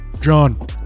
John